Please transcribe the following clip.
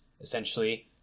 essentially